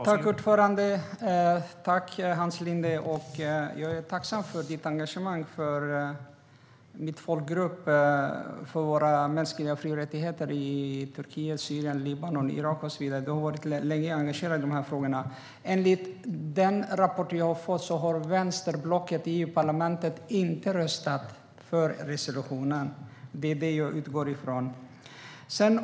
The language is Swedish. Herr talman! Tack, Hans Linde! Jag är tacksam för ditt engagemang för min folkgrupp och för våra fri och rättigheter i Turkiet, Syrien, Libanon, Irak och så vidare. Du har länge varit engagerad i de frågorna. Enligt den rapport jag har fått har vänsterblocket i EU-parlamentet inte röstat för resolutionen. Det är vad jag utgår ifrån.